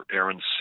Aaron